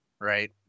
Right